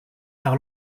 par